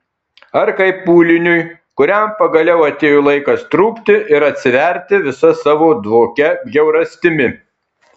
ar kaip pūliniui kuriam pagaliau atėjo laikas trūkti ir atsiverti visa savo dvokia bjaurastimi